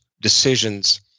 decisions